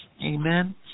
Amen